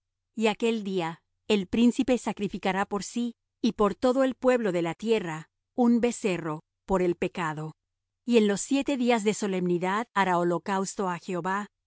y aquel día el príncipe sacrificará por sí y por todo el pueblo de la tierra un becerro por el pecado y en los siete días de solemnidad hará holocausto á jehová